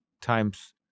times